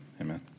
amen